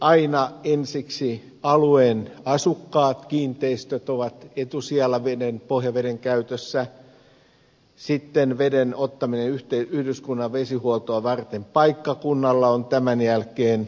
aina ensiksi alueen asukkaat kiinteistöt ovat etusijalla pohjaveden käytössä tämän jälkeen veden ottaminen paikkakunnalla yhdyskunnan vesihuoltoa varten paikkakunnalla on tämän jälkeen